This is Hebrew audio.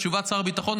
זאת תשובת שר הביטחון.